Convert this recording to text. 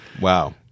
Wow